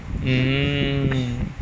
mm